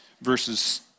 verses